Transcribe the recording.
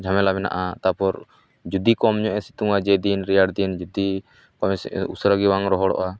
ᱡᱷᱟᱢᱮᱞᱟ ᱢᱮᱱᱟᱜᱼᱟ ᱛᱟᱯᱚᱨ ᱡᱩᱫᱤ ᱠᱚᱢ ᱧᱚᱜ ᱮ ᱥᱤᱛᱩᱝ ᱟ ᱡᱮᱫᱤᱱ ᱨᱮᱭᱟᱲ ᱫᱤᱱ ᱡᱩᱫᱤ ᱩᱥᱟᱹᱨᱟ ᱜᱮ ᱵᱟᱝ ᱨᱚᱦᱚᱲᱚᱜᱼᱟ